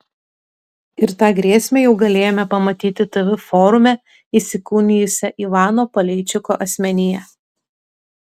ir tą grėsmę jau galėjome pamatyti tv forume įsikūnijusią ivano paleičiko asmenyje